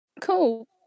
cool